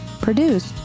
Produced